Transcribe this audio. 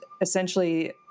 essentially